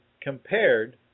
compared